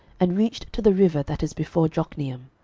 and reached to the river that is before jokneam